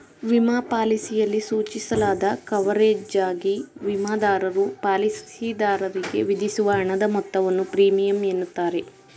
ವಿಮಾ ಪಾಲಿಸಿಯಲ್ಲಿ ಸೂಚಿಸಲಾದ ಕವರೇಜ್ಗಾಗಿ ವಿಮಾದಾರರು ಪಾಲಿಸಿದಾರರಿಗೆ ವಿಧಿಸುವ ಹಣದ ಮೊತ್ತವನ್ನು ಪ್ರೀಮಿಯಂ ಎನ್ನುತ್ತಾರೆ